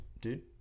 Dude